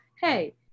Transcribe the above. hey